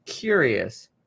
Curious